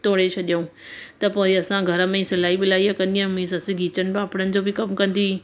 तोड़े छॾियऊं त पोइ असां घर में ई सिलाई विलाई जो कंदी हुअमि मुंहिंजी ससु खिचन पापड़नि जो बि कमु कंदी हुई